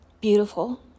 Beautiful